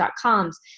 coms